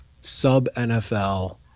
sub-NFL